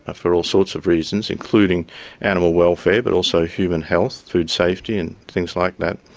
ah for all sorts of reasons, including animal welfare, but also human health, food safety and things like that.